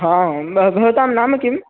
हां भ भवतां नाम किम्